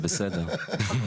זה בסדר.